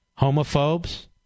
homophobes